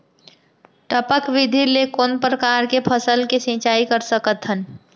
टपक विधि ले कोन परकार के फसल के सिंचाई कर सकत हन?